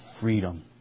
freedom